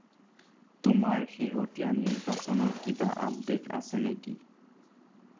তোমাৰ শেহতীয়া নিৰ্বাচনৰ কিবা আপডেট আছে নেকি